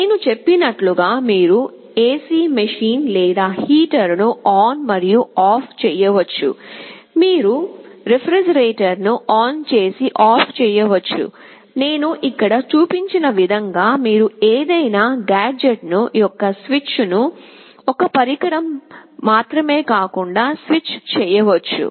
నేను చెప్పినట్లుగా మీరు ఎసి మెషీన్ లేదా హీటర్ను ఆన్ మరియు ఆఫ్ చేయవచ్చు మీరు రిఫ్రిజిరేటర్ను ఆన్ చేసి ఆఫ్ చేయవచ్చు నేను ఇక్కడ చూపించిన విధంగా మీరు ఏదైనా గాడ్జెట్ యొక్క స్విచ్ను ఒక పరికరం మాత్రమే కాకుండా స్విచ్ చేయవచ్చు